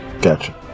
Gotcha